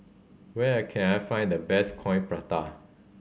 where can I find the best Coin Prata